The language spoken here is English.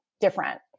different